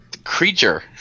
creature